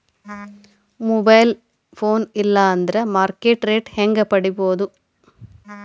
Mobile phone ಇಲ್ಲಾ ಅಂದ್ರ market rate ಹೆಂಗ್ ಪಡಿಬೋದು?